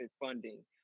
funding